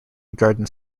garden